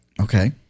Okay